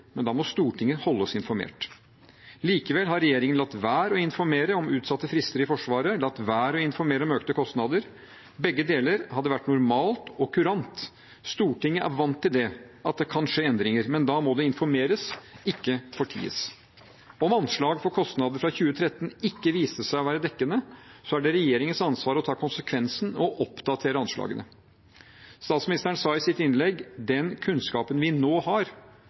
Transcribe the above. men da må Stortinget holdes informert. Likevel har regjeringen latt være å informere om utsatte frister i Forsvaret og latt være å informere om økte kostnader. Begge deler hadde vært normalt og kurant, Stortinget er vant til det, at det kan skje endringer. Men da må det informeres, ikke forties. Om anslag for kostnader fra 2013 ikke viste seg å være dekkende, er det regjeringens ansvar å ta konsekvensen og oppdatere anslagene. Statsministeren sa i sitt innlegg: «den kunnskapen vi nå har.»